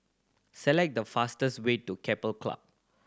select the fastest way to Keppel Club